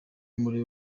muri